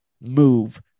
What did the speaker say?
move